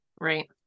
Right